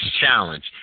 Challenge